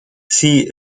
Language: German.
sie